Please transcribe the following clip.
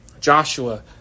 Joshua